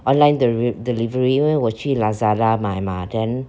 online deli~ delivery 因为我去 Lazada 买 mah then